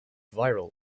viral